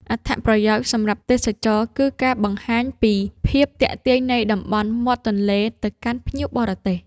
អត្ថប្រយោជន៍សម្រាប់ទេសចរណ៍គឺការបង្ហាញពីភាពទាក់ទាញនៃតំបន់មាត់ទន្លេទៅកាន់ភ្ញៀវបរទេស។